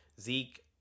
Zeke